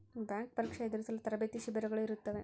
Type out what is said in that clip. bank ಪರೀಕ್ಷೆ ಎದುರಿಸಲು ತರಬೇತಿ ಶಿಬಿರಗಳು ಇರುತ್ತವೆ